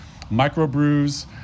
microbrews